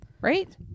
right